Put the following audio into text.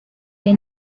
est